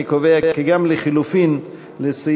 אני קובע כי גם לחלופין לסעיף